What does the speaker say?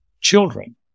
children